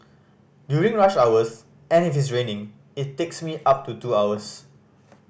during rush hours and if it's raining it takes me up to two hours